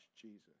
Jesus